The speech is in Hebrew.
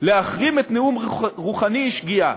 להחרים את נאום רוחאני היא שגיאה.